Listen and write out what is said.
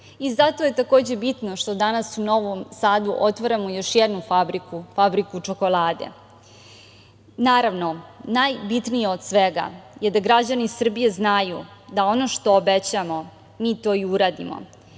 Zato je, takođe, bitno što danas u Novom Sadu otvaramo još jednu fabriku, fabriku čokolade. Naravno, najbitnije od svega je da građani Srbije znaju da ono što obećamo, mi to i uradimo,